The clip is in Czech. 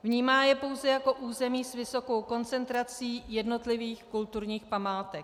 Vnímá je pouze jako území s vysokou koncentrací jednotlivých kulturních památek.